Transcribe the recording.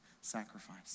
sacrifice